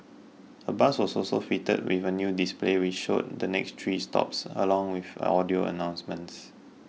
a bus was also fitted with a new display which showed the next three stops along with audio announcements